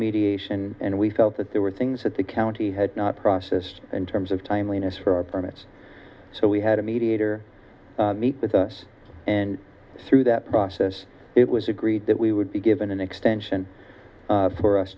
mediation and we felt that there were things that the county had not process in terms of timeliness for our permits so we had a mediator meet with us and through that process it was agreed that we would be given an extension for us